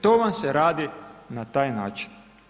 To vam se radi na taj način.